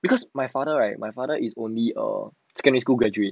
because my father right my father is only err secondary school graduate